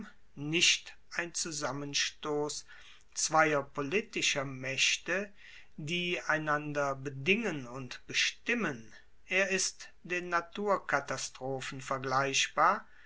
nicht ein zusammenstoss zweier politischer maechte die einander bedingen und bestimmen er ist den naturkatastrophen vergleichbar